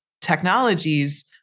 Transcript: technologies